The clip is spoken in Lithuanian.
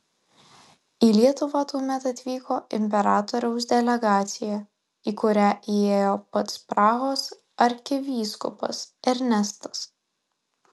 į lietuvą tuomet atvyko imperatoriaus delegacija į kurią įėjo pats prahos arkivyskupas ernestas